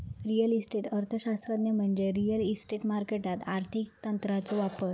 real estate अर्थशास्त्र म्हणजे real estate मार्केटात आर्थिक तंत्रांचो वापर